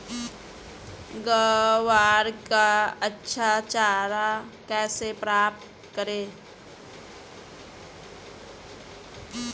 ग्वार का अच्छा चारा कैसे प्राप्त करें?